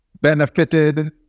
benefited